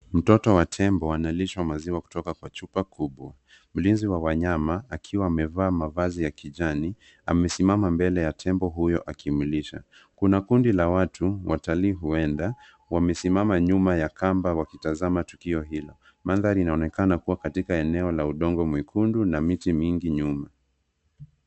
Mtoto wa tembo analishwa maziwa kutoka kwa chupa kubwa. Mlinzi wa wanyama akiwa amevaa mavazi ya kijani amesimama mbele ya tembo huyo akimlisha. Kuna kundi la watu, watalii huenda, wamesimama nyuma ya kamba wakitazama tukio hilo. Mandhari inaonekana kuwa katika eneo la udongo mwekundu na miti mingi nyuma.